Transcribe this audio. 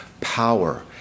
power